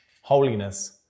holiness